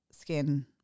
skin